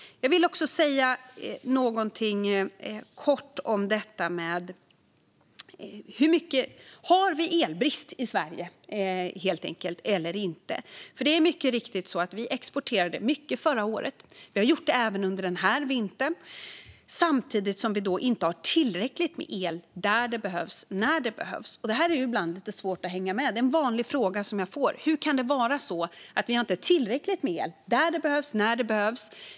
Jag vill också säga någonting kort om en fråga. Har vi elbrist i Sverige eller inte? Det är mycket riktigt så att vi exporterade mycket förra året. Vi har gjort det även under den här vintern. Samtidigt har vi inte tillräckligt med el där det behövs och när det behövs. Det är ibland lite svårt att hänga med i. Det är en vanlig fråga jag får. Hur kan det vara så att vi inte har tillräckligt med el där det behövs och när det behövs?